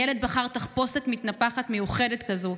הילד בחר תחפושת מתנפחת מיוחדת כזאת.